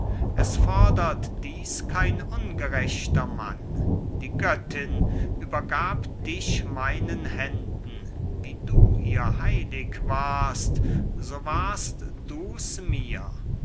es fordert dieß kein ungerechter mann die göttin übergab dich meinen händen wie du ihr heilig warst so warst du's mir